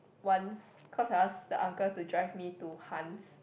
once because I ask the uncle to drive me to Han's